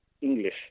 English